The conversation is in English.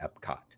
Epcot